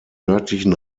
nördlichen